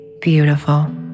beautiful